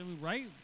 right